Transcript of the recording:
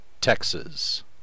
texas